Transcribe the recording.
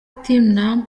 team